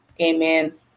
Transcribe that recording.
amen